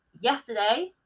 yesterday